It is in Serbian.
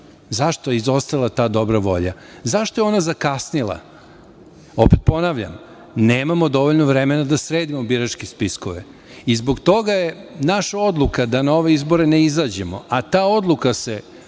Zašto je izostala ta dobra volja? Zašto je ona zakasnila? Opet ponavljam, nemamo dovoljno vremena da sredimo biračke spiskove i zbog toga je ja naša odluka da na ove izbore ne izađemo, a ta odluka se